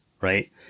right